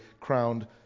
crowned